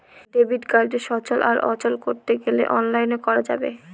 debit কার্ডকে সচল আর অচল করতে গেলে অনলাইনে করা যাবে